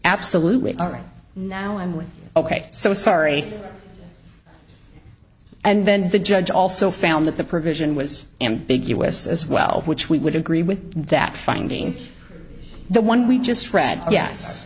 absolutely all right now i'm with ok so sorry and then the judge also found that the provision was ambiguous as well which we would agree with that finding the one we just read yes